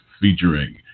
featuring